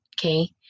Okay